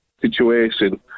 situation